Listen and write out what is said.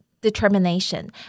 determination